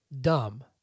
dumb